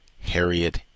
Harriet